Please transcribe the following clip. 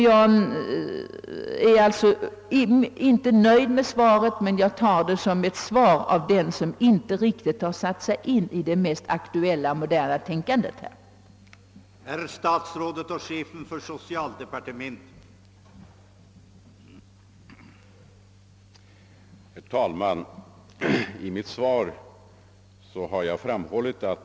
Jag är ailtså inte nöjd med svaret på min fråga, men jag uppfattar det som en yttring av att man inte riktigt satt sig in i det mest aktuella tänkandet på detta område.